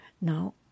now